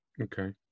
Okay